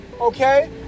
okay